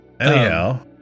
Anyhow